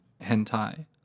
Hentai